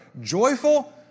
joyful